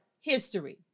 history